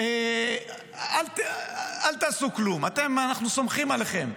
אל תעשו כלום, אנחנו סומכים עליכם.